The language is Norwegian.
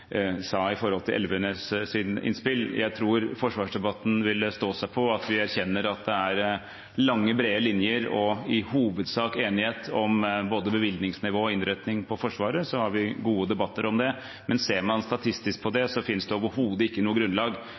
sa om Elvenes’ innspill. Jeg tror forsvarsdebatten ville stå seg på at vi erkjenner at det er lange, brede linjer og i hovedsak enighet om både bevilgningsnivå og innretning av Forsvaret, vi har gode debatter om det. Ser man statistisk på det, finnes det overhodet ikke noe grunnlag